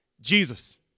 Jesus